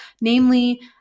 namely